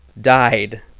died